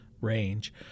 range